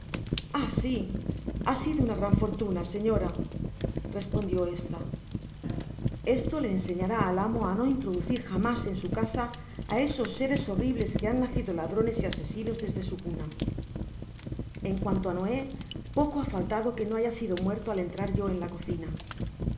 si ha sido una gran fortuna señora respondió esta esto le enseñará al amo á no introducir jamás en su casa á esos seres horribles que han nacido ladrones y asesinos desde su cuna en cnanto á noé poco ha faltado que no haya sido muerto al entrar yo en la cocina